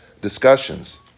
discussions